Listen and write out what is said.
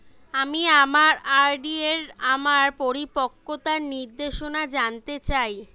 আমি আমার আর.ডি এর আমার পরিপক্কতার নির্দেশনা জানতে চাই